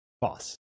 Boss